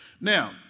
Now